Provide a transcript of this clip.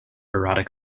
erotic